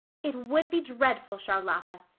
it would be dreadful, charlotta,